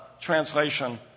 translation